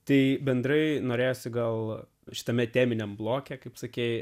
tai bendrai norėjosi gal šitame teminiam bloke kaip sakei